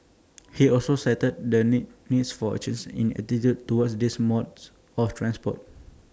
he also cited the need needs for A change in attitudes towards these modes of transport